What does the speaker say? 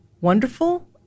wonderful